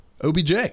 OBJ